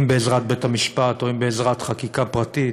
אם בעזרת בית-המשפט ואם בעזרת חקיקה פרטית,